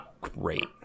great